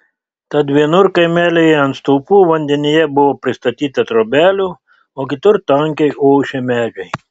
tad vienur kaimelyje ant stulpų vandenyje buvo pristatyta trobelių o kitur tankiai ošė medžiai